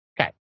Okay